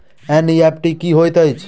NEFT की होइत अछि?